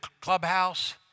clubhouse